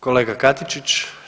Kolega Katičić.